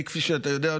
כפי שאתה יודע,